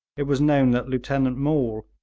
it was known that lieutenant maule,